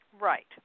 Right